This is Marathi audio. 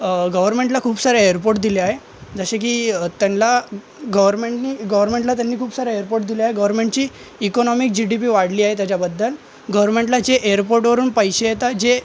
गवरमेंटला खूप सारे एयरपोर्ट दिले आहे जसे की त्यांना गवरमेंटनी गवरमेंटला त्यांनी खूप सारे एयरपोर्ट दिले आहे गवरमेंटची इकॉनमी जी डी पी वाढलीय त्याच्याबद्दल गवरमेंटला जे एयरपोर्टवरून पैसे येत आहेत जे